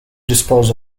dispose